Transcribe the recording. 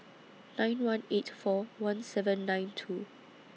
nine one eight four one seven nine two